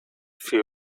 few